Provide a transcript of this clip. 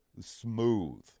Smooth